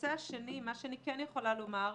הנושא השני מה שאני כן יכולה לומר,